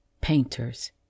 Painters